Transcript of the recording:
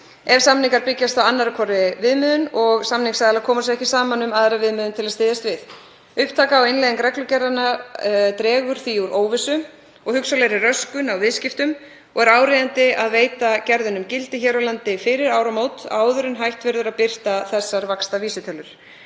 ef samningar byggjast á annarri hvorri viðmiðun og samningsaðilar komu sér ekki saman um aðra viðmiðun til að styðjast við. Upptaka og innleiðing reglugerðanna dregur því úr óvissu og hugsanlegri röskun á viðskiptum og er áríðandi að veita gerðunum gildi hér á landi fyrir áramót áður en hægt verður að birta þessar vaxtavísitölur.